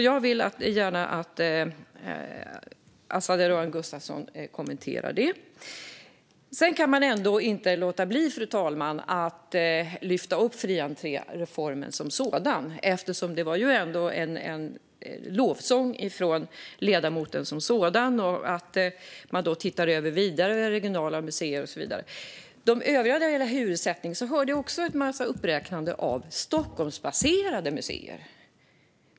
Jag vill gärna att Azadeh Rojhan Gustafsson kommenterar detta. Sedan kan jag ändå inte låta bli, fru talman, att ta upp fri entré-reformen som sådan. Det var en lovsång från ledamoten, som sa att man vidare ser över fri entré till regionala museer och så vidare. Jag hörde också en massa uppräknande av Stockholmsbaserade museer.